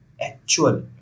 actual